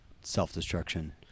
self-destruction